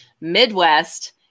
Midwest